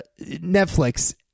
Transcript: netflix